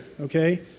okay